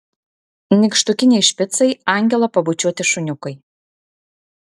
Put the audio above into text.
nykštukiniai špicai angelo pabučiuoti šuniukai